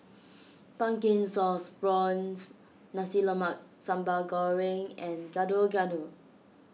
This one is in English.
Pumpkin Sauce Prawns Nasi Sambal Goreng and Gado Gado